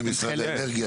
לפני משרד האנרגיה,